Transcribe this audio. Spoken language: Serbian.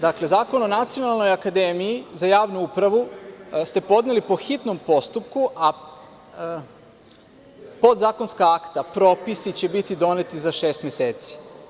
Dakle, Zakon o Nacionalnog akademiji za javnu upravu ste podneli po hitnom postupku, a podzakonska akta, propisi će biti doneti za šest meseci.